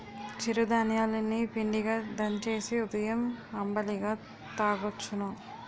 చిరు ధాన్యాలు ని పిండిగా దంచేసి ఉదయం అంబలిగా తాగొచ్చును